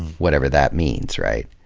whatever that means, right.